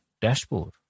dashboard